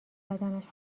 بدنش